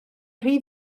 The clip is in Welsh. rhy